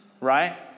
right